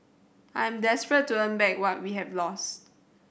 I'm desperate to earn back what we have lose